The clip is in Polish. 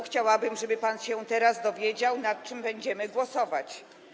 Chciałabym, żeby pan się teraz dowiedział, nad czym będziemy głosować.